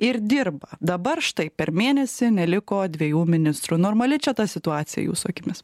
ir dirba dabar štai per mėnesį neliko dviejų ministrų normali čia ta situacija jūsų akimis